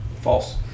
False